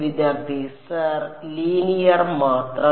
വിദ്യാർത്ഥി sir linear മാത്രം